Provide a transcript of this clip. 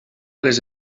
les